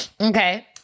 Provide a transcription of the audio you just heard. Okay